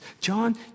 John